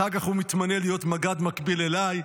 אחר כך הוא מתמנה להיות מג"ד מקביל אליי.